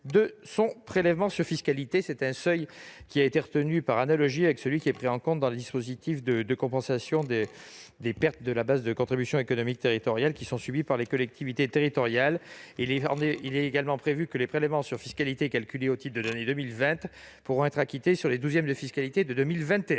de son prélèvement sur fiscalité. Ce seuil a été retenu par analogie avec celui qui est pris en compte dans le dispositif de compensation des pertes de ressources de contribution économique territoriale subies par les collectivités territoriales. Il est enfin prévu que les prélèvements sur fiscalité calculés au titre de l'année 2020 pourront être acquittés sur les douzièmes de fiscalité de 2021.